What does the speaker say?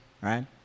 right